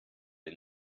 den